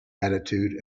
attitude